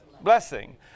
blessing